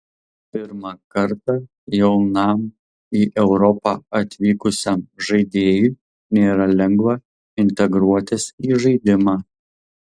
pirmą kartą jaunam į europą atvykusiam žaidėjui nėra lengva integruotis į žaidimą